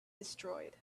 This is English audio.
destroyed